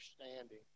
understanding